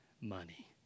money